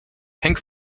pink